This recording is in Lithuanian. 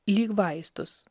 lyg vaistus